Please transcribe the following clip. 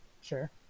Sure